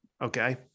Okay